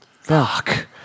Fuck